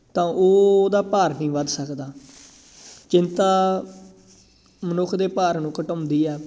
ਤਾਂ ਉਹ ਉਹਦਾ ਭਾਰ ਨਹੀਂ ਵੱਧ ਸਕਦਾ ਚਿੰਤਾ ਮਨੁੱਖ ਦੇ ਭਾਰ ਨੂੰ ਘਟਾਉਂਦੀ ਆ